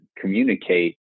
communicate